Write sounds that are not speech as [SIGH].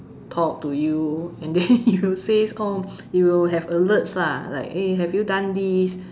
talk to you and then [LAUGHS] it will says oh it will have alerts lah like eh have you done this